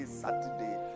Saturday